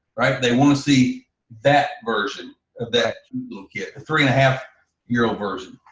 right? they wanna see that version of that little kid, three and a half year old version.